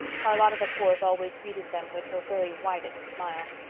charlotta the fourth always greeted them with her very widest smile.